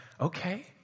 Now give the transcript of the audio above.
Okay